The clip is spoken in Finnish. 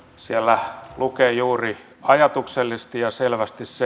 siellä lukee juuri ajatuksellisesti ja selvästi se